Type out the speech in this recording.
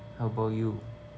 how about you